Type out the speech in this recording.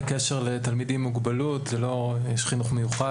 בקשר לתלמידים: מוגבלות זה לא --- יש חינוך מיוחד,